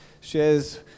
shares